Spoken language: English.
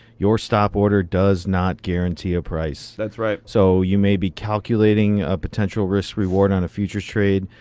your stop order does not guarantee a price. that's right. so you may be calculating a potential risk reward on a future trade,